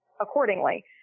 accordingly